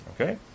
okay